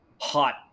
hot